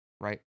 right